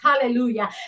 Hallelujah